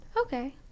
Okay